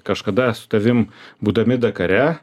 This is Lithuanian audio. kažkada su tavim būdami dakare